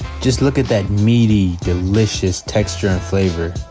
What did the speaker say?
just look at that meaty, delicious texture and flavor.